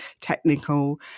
technical